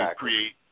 create